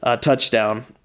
touchdown